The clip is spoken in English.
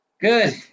Good